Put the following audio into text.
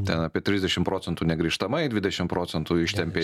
ten apie trisdešimt procentų negrįžtamai dvidešim procentų ištempė